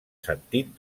sentit